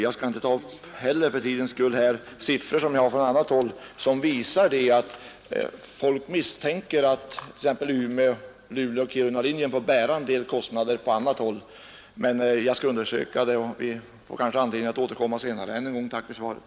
Jag skall med hänsyn till tiden inte heller ta upp siffror som jag har från annat håll som visar att folk misstänker att t.ex. linjerna till Umeå, Luleå och Kiruna får bära en del kostnader på annat håll. Men jag skall undersöka det, och vi får kanske anledning att återkomma senare. Än en gång tack för svaret.